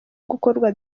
gukorwa